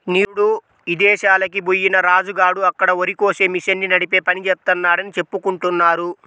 నిరుడు ఇదేశాలకి బొయ్యిన రాజు గాడు అక్కడ వరికోసే మిషన్ని నడిపే పని జేత్తన్నాడని చెప్పుకుంటున్నారు